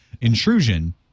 intrusion